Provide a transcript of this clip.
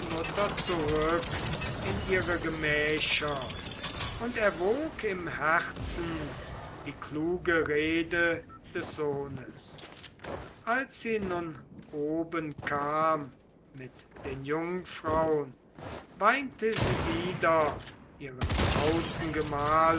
zurück in ihre gemächer und erwog im herzen die kluge rede des sohnes als sie nun oben kam mit den jungfraun weinte sie wieder ihren trauten gemahl